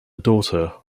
daughter